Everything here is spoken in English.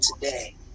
today